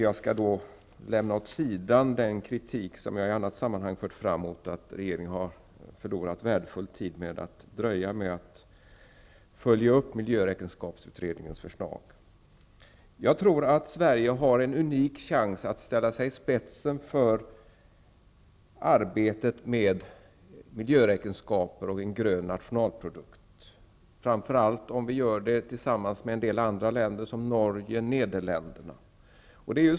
Jag skall nu lämna åt sidan den kritik som jag i annat sammanhang har fört fram mot att regeringen har förlorat värdefull tid genom att man har dröjt med att följa upp miljöräkenskapsutredningens förslag. Jag tror att Sverige har en unik chans att ställa sig i spetsen för arbetet med miljöräkenskaper och en grön nationalprodukt, framför allt om vi gör det tillsammans med en del andra länder, som Norge och Nederländerna.